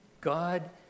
God